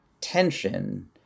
tension